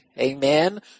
Amen